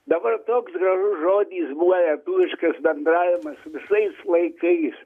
dabar toks garžus žodis buvo bendravimas visais laikais